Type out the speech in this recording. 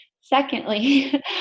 Secondly